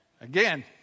Again